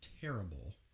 terrible